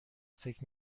فکر